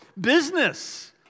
business